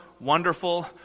Wonderful